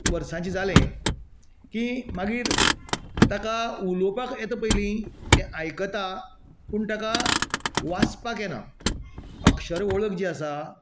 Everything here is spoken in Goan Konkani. वर्साचे जाले की मागीर तेका उलोवपाक येता पयली तें आयकता पूण ताका वाचपाक येना अक्षर वळख जी आसा